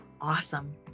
Awesome